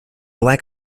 lack